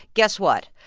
guess what?